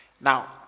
Now